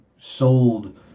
sold